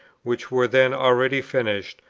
which were then already finished,